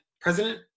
president